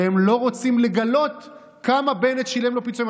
והם לא רוצים לגלות כמה בנט שילם לו פיצויים.